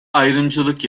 ayrımcılık